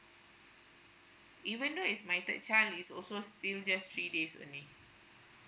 even though it's my third child is also still just three days only